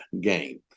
game